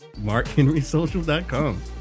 MarkHenrySocial.com